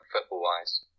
football-wise